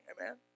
amen